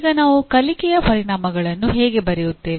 ಈಗ ನಾವು ಕಲಿಕೆಯ ಪರಿಣಾಮಗಳನ್ನು ಹೇಗೆ ಬರೆಯುತ್ತೇವೆ